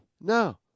No